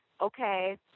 okay